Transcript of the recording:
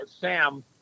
Sam